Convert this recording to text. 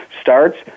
starts